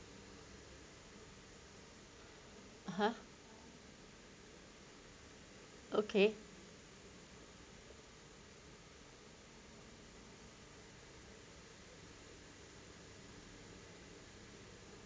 (uh huh) okay